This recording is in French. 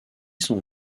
sont